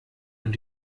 und